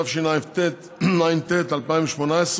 התשע"ט 2018,